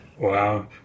Wow